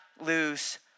lose